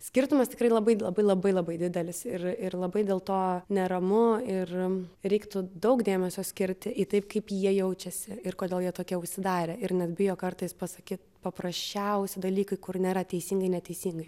skirtumas tikrai labai labai labai labai didelis ir ir labai dėl to neramu ir reiktų daug dėmesio skirti į taip kaip jie jaučiasi ir kodėl jie tokie užsidarę ir net bijo kartais pasakyt paprasčiausi dalykai kur nėra teisingai neteisingai